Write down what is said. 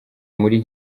muri